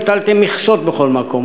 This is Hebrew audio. הטלתם מכסות בכל מקום,